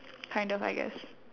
kind of I guess